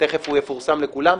תיכף הוא יפורסם לכולם,